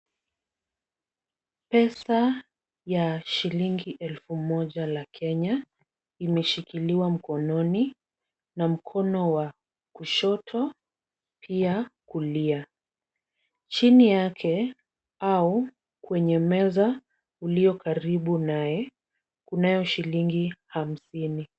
Pesa ya shilingi elfu moja la Kenya imeshikiliwa mkononi na mkono wa kushoto pia kulia. Chini yake au kwenye meza ulio karibu naye, kunayo shilingi hamsini.